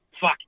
fuck